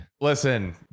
Listen